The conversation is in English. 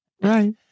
Right